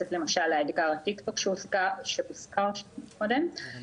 מתייחסת למשל לאתגר הטיקטוק שהוזכר קודם,